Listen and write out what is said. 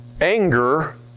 Anger